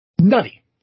Nutty